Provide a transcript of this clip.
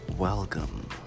Welcome